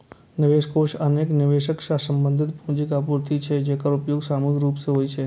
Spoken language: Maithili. निवेश कोष अनेक निवेशक सं संबंधित पूंजीक आपूर्ति छियै, जेकर उपयोग सामूहिक रूप सं होइ छै